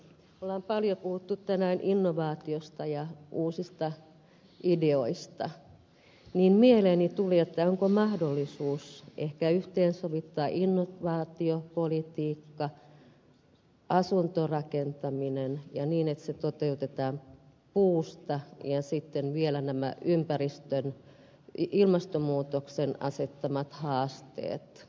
kun on paljon puhuttu tänään innovaatioista ja uusista ideoista niin mieleeni tuli onko mahdollisuus ehkä yhteensovittaa innovaatiopolitiikka ja asuntorakentaminen ja niin että se toteutetaan puusta ja sitten vielä mukana ilmastomuutoksen asettamat haasteet